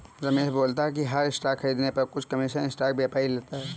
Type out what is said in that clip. रमेश बोलता है कि हर स्टॉक खरीदने पर कुछ कमीशन स्टॉक व्यापारी लेता है